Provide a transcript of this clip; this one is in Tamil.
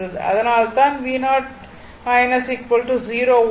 அதனால்தான் v0 0 வோல்ட் ஆகும்